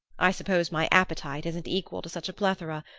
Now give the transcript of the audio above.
i suppose my appetite isn't equal to such a plethora.